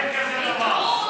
אין כזה דבר.